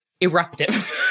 eruptive